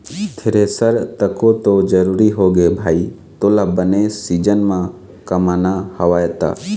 thresher तको तो जरुरी होगे भाई तोला बने सीजन म कमाना हवय त